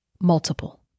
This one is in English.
multiple